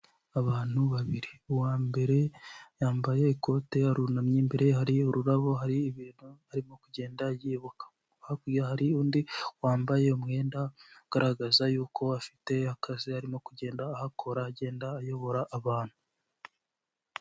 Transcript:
Abantu babiri uwa mbere yambaye ikote arunamye imbere hari ururabo hari ibintu arimo kugenda yibuka, hakurya hari undi wambaye umwenda ugaragaza yuko afite akazi arimo kugenda ahakora agenda ayobora abantu.